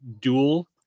dual